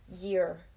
year